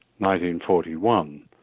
1941